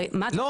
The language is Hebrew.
לא,